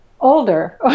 older